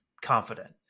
confident